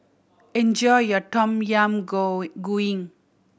enjoy your Tom Yam Goong